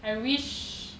I wish